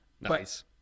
Nice